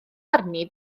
arni